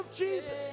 Jesus